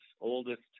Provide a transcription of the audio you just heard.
oldest